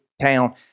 town